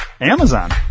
Amazon